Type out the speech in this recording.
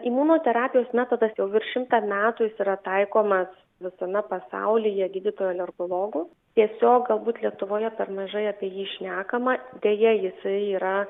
imunoterapijos metodas jau virš šimtą metų jis yra taikomas visame pasaulyje gydytojų alergologų tiesiog galbūt lietuvoje per mažai apie jį šnekama deja jisai yra